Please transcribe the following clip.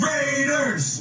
Raiders